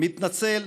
מתנצל.